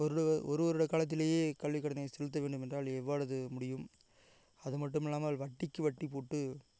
ஒரு ஒரு வருட காலத்திலேயே கல்விக் கடனை செலுத்த வேண்டுமென்றால் எவ்வளது முடியும் அதுமட்டுமில்லாமல் வட்டிக்கு வட்டி போட்டு